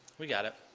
we got it.